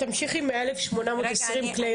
תמשיכי מה-1,820 כלי ירייה.